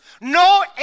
no